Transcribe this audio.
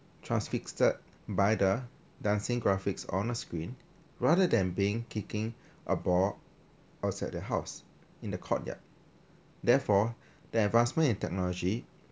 transfixed by the dancing graphics on a screen rather than being kicking a ball outside the house in the courtyard therefore the advancement in technology